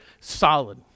solid